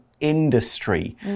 industry